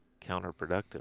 counterproductive